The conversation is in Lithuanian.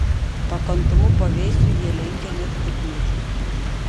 pakantumu pavėsiui jie lenkia net kukmedžius